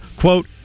quote